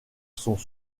sont